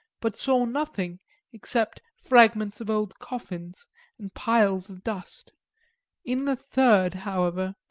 but saw nothing except fragments of old coffins and piles of dust in the third, however,